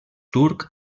turc